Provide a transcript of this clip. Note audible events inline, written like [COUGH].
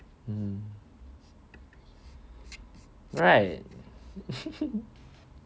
mm right [LAUGHS]